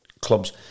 clubs